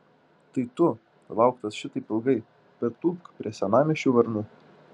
tai tu lauktas šitaip ilgai pritūpk prie senamiesčių varnų